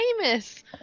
famous